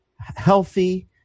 healthy